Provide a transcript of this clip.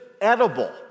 edible